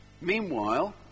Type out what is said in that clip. Meanwhile